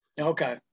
okay